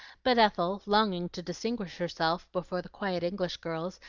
but ethel, longing to distinguish herself before the quiet english girls,